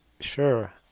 Sure